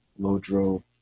Lodro